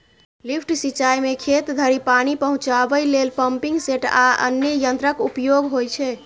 lift सिंचाइ मे खेत धरि पानि पहुंचाबै लेल पंपिंग सेट आ अन्य यंत्रक उपयोग होइ छै